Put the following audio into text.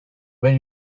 when